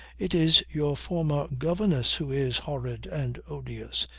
it is your former governess who is horrid and odious.